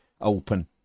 open